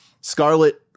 scarlet